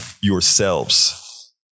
yourselves